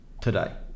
today